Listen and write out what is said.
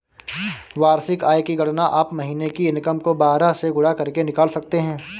वार्षिक आय की गणना आप महीने की इनकम को बारह से गुणा करके निकाल सकते है